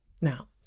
Now